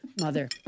Mother